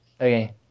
Okay